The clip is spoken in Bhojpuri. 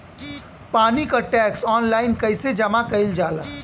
पानी क टैक्स ऑनलाइन कईसे जमा कईल जाला?